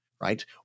Right